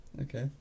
Okay